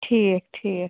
ٹھیٖک ٹھیٖک